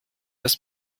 das